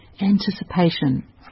Anticipation